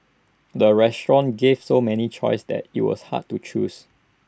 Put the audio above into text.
the restaurant gave so many choices that IT was hard to choose